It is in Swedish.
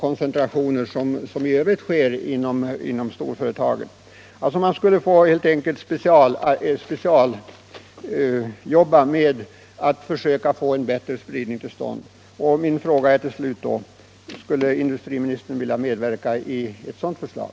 Gruppen skulle helt enkelt få som uppgift att försöka få till stånd en bättre spridning av arbetstillfällena, givetvis i samarbete med berörda företag. Min fråga är därför till slut: Skulle industriministern vilja medverka till genomförandet av ett sådant förslag?